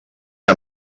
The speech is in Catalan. que